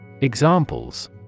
Examples